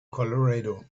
colorado